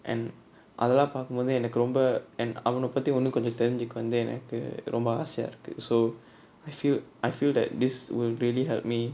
and அதலா பாக்கும்போது எனக்கு ரொம்ப:athalaa paakumpothu enaku romba and அவன பத்தி இன்னு கொஞ்சோ தெரிஞ்சிக வந்து எனக்கு ரொம்ப ஆசயா இருக்கு:avana pathi innu konjo therinjika vanthu enaku romba aasaya iruku so I feel I feel that this will really help me